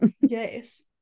yes